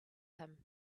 him